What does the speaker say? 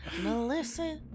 Melissa